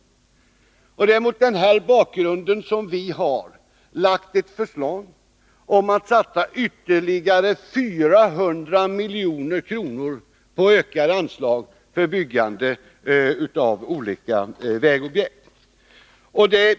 Mot den här bakgrunden har vi lagt fram förslag om att satsa ytterligare 400 milj.kr. på ökade anslag för byggande av olika vägobjekt.